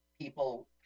People